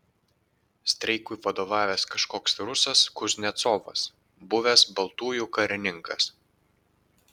streikui vadovavęs kažkoks rusas kuznecovas buvęs baltųjų karininkas